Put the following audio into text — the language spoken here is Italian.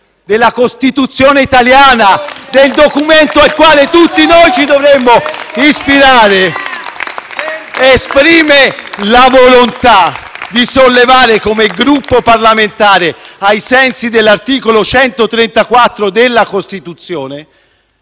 della Costituzione italiana, quella Carta alla quale tutti noi ci dovremmo ispirare, esprime la volontà di sollevare, come Gruppo parlamentare, ai sensi dell'articolo 134 della Costituzione,